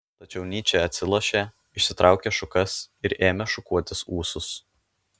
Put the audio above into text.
tačiau nyčė atsilošė išsitraukė šukas ir ėmė šukuotis ūsus